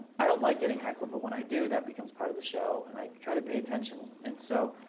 i don't like getting heckled. but when i do, that becomes part of the show. and i try to pay attention. and so